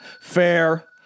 Fair